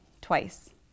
Twice